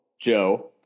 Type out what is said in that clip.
Joe